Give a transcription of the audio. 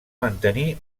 mantenir